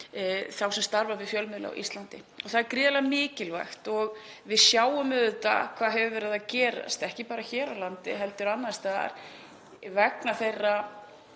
þá sem starfa við fjölmiðla á Íslandi. Það er gríðarlega mikilvægt. Við sjáum auðvitað hvað hefur verið að gerast, ekki bara hér á landi heldur annars staðar, vegna þeirrar